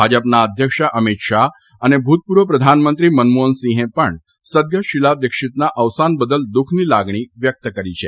ભાજપના અધ્યક્ષ અને ભૂતપૂર્વ પ્રધાનમંત્રી મનમોહનસિંહે પણ સદગત શીલા દિક્ષિતના અવસાન બદલ દુઃખની લાગણી વ્યકત કરી છે